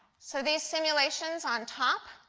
so these simulations on top,